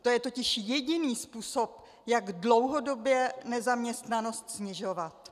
To je totiž jediný způsob, jak dlouhodobě nezaměstnanost snižovat.